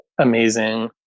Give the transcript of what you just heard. amazing